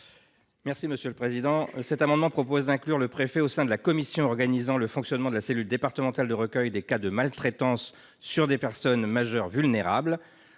est à M. Laurent Somon. Cet amendement vise à inclure le préfet au sein de la convention organisant le fonctionnement de la cellule départementale de recueil des cas de maltraitance sur des personnes majeures vulnérables.